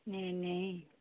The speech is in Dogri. नेईं नेईं